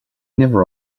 never